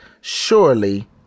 surely